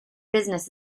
business